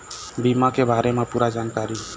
बीमा के बारे म पूरा जानकारी?